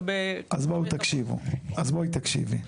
אז בואו תקשיבו, בואי תקשיבי.